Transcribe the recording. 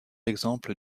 exemple